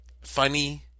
funny